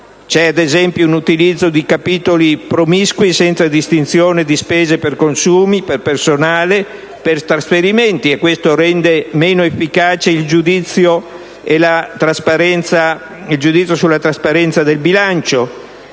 Ad esempio, c'è un utilizzo di capitoli promiscui, senza distinzione di spese per consumi, per personale, per trasferimenti, e ciò rende meno efficace il giudizio sulla trasparenza del bilancio.